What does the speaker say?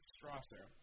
Strasser